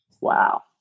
Wow